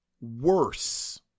Worse